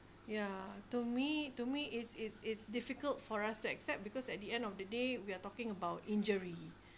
ya to me to me it's it's it's difficult for us to accept because at the end of the day we are talking about injury